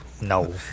No